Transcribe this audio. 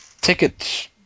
ticket